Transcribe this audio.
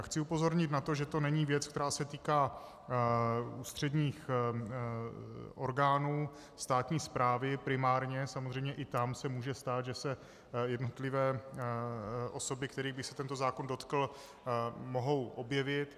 Chci upozornit na to, že to není věc, která se týká ústředních orgánů státní správy, primárně, samozřejmě i tam se může stát, že se jednotlivé osoby, kterých by se tento zákon dotkl, mohou objevit.